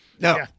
No